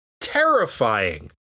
terrifying